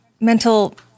mental